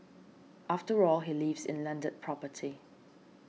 after all he lives in landed property